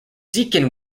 deacon